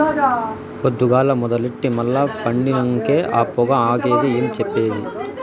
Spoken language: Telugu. పొద్దుగాల మొదలెట్టి మల్ల పండినంకే ఆ పొగ ఆగేది ఏం చెప్పేది